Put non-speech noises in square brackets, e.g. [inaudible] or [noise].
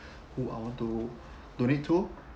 [breath] who I want to donate to